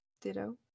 Ditto